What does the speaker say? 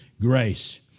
grace